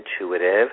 intuitive